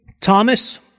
Thomas